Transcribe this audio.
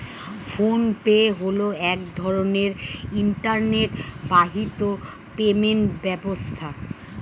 phone pay হলো এক ধরনের ইন্টারনেট বাহিত পেমেন্ট ব্যবস্থা